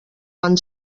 van